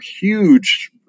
huge